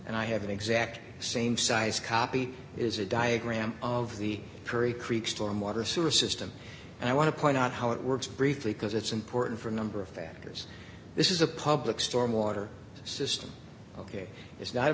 and i have an exact same size copy is a diagram of the curry creek storm water sewer system and i want to point out how it works briefly because it's important for a number of factors this is a public storm water system ok it's not